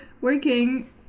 working